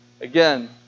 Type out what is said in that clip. again